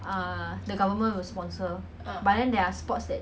as in like it's not very common in singapore